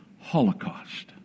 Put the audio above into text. Holocaust